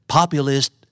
Populist